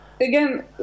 again